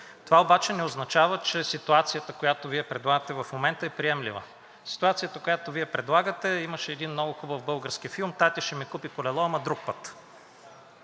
Това обаче не означава, че ситуацията, която Вие предлагате в момента, е приемлива. Ситуацията, която Вие предлагате и имаше един много хубав български филм – „Тати ще ми купи колело, ама друг път“.